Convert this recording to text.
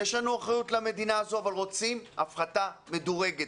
יש לנו אחריות כלפי המדינה אבל אנחנו רוצים הפחתה מדורגת,